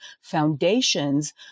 foundations